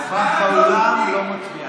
נוכח באולם, לא מצביע.